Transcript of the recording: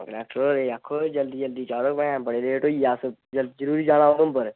connector होरें गी आखो जल्दी जल्दी चाढ़ो भैं बड़े लेट होई गे अस जल जरूरी जाना उधुमपुरे